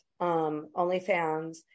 OnlyFans